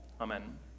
Amen